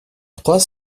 trois